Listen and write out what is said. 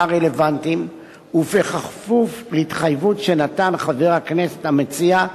הרלוונטיים ולהתחייבות שנתן חבר הכנסת המציע,